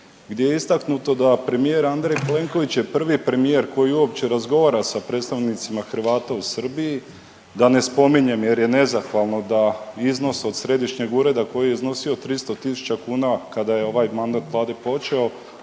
gdje je istaknuto da premijer Andrej Plenković je prvi premijer koji uopće razgovara sa predstavnicima Hrvata u Srbiji. Da ne spominjem jer je nezahvalno da iznos od Središnjeg ureda koji je iznosio 300 tisuća kuna kada je ovaj mandat Vlade počeo,